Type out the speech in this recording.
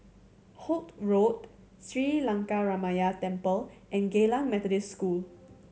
Holt Road Sri Lankaramaya Temple and Geylang Methodist School